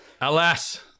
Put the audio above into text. Alas